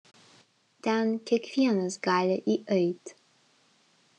ten kiekvienas gali įeit